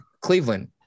Cleveland